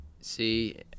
See